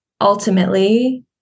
ultimately